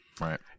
right